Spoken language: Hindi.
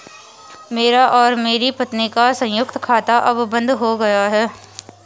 मेरा और मेरी पत्नी का संयुक्त खाता अब बंद हो गया है